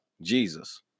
Jesus